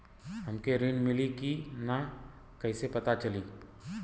हमके ऋण मिली कि ना कैसे पता चली?